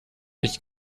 ich